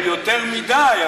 יותר מדי,